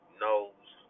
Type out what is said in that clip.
knows